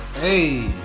Hey